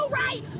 right